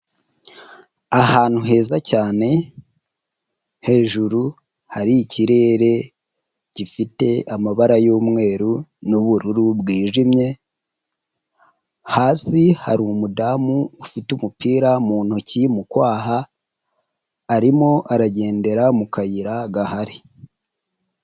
Ahantu heza cyane hejuru hari ikirere gifite amabara y'umweru n'ubururu bwijimye, hasi hari umudamu ufite umupira mu ntoki mu kwaha, arimo aragendera mu kayira gahari.